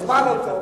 אז מה לא טוב?